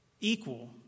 equal